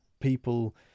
people